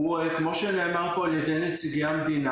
הוא כמו שנאמר פה על ידי נציגי המדינה,